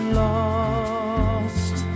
lost